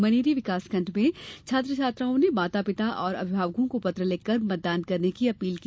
मनेरी विकासखंड में छात्र छात्राओं ने माता पिता व अभिभावकों को पत्र लिखकर मतदान करने की अपील की